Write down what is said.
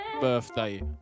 birthday